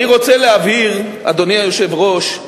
אני רוצה להבהיר, אדוני היושב-ראש.